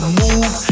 move